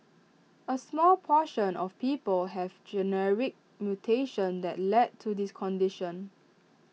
A small proportion of people have mutations that lead to this condition